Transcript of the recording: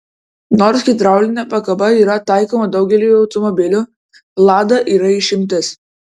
nors hidraulinė pakaba yra taikoma daugeliui automobilių lada yra išimtis